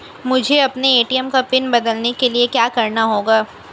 मुझे अपने ए.टी.एम का पिन बदलने के लिए क्या करना होगा?